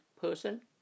person